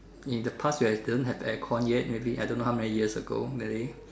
in the past where it doesn't have aircon yet maybe I don't know how many years ago maybe